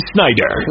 Snyder